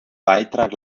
beitrag